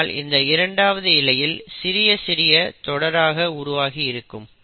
ஆகையால் இந்த இரண்டாவது இழையில் சிறிய சிறிய தொடராக உருவாகி இருக்கும்